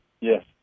Yes